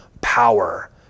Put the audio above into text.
power